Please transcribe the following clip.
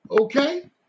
okay